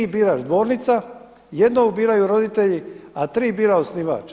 Tri bira zbornica, jednog biraju roditelji, a tri bira osnivač.